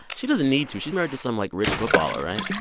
she doesn't need to. she's married to some, like, rich footballer, right?